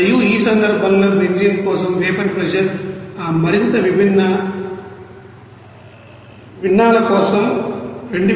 మరియు ఆ సందర్భంలో బెంజీన్ కోసం వేపర్ ప్రెషర్ ఈ మరింత భిన్నాల కోసం 2587